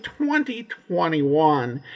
2021